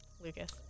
Lucas